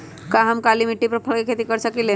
का हम काली मिट्टी पर फल के खेती कर सकिले?